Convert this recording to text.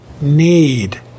need